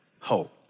hope